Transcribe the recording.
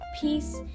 peace